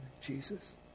Jesus